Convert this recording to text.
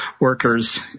workers